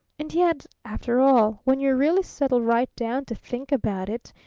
and yet, after all when you really settle right down to think about it,